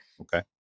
Okay